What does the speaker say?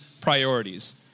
priorities